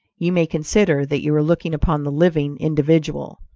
you may consider that you are looking upon the living individual.